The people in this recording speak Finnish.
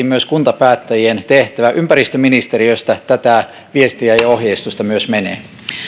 myös kuntapäättäjien tehtävä myös ympäristöministeriöstä tätä viestiä ja ohjeistusta menee